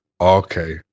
Okay